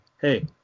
hey